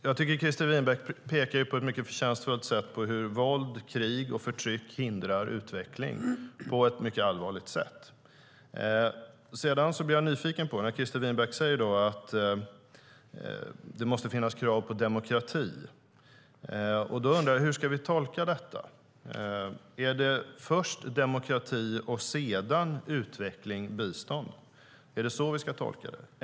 Jag tycker att Christer Winbäck på ett mycket förtjänstfullt sätt pekar på hur våld, krig och förtryck mycket allvarligt hindrar utveckling. Jag blir nyfiken när han säger att det måste finnas krav på demokrati. Jag undrar hur vi ska tolka detta. Är det först demokrati och sedan utveckling och bistånd? Är det så vi ska tolka det?